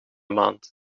maand